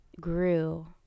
grew